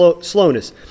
slowness